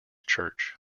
church